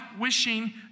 wishing